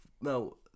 no